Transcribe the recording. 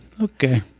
okay